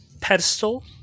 pedestal